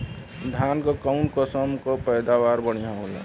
धान क कऊन कसमक पैदावार बढ़िया होले?